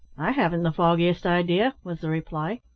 i haven't the foggiest idea, was the reply.